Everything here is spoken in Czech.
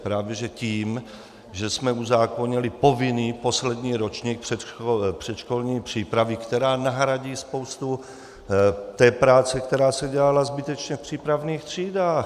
Právě že tím, že jsme uzákonili povinný poslední ročník předškolní přípravy, která nahradí spoustu té práce, která se dělala zbytečně v přípravných třídách.